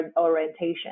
orientation